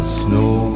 snow